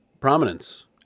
prominence